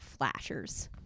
Flashers